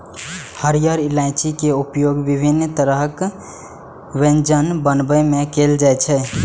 हरियर इलायची के उपयोग विभिन्न तरहक व्यंजन बनाबै मे कैल जाइ छै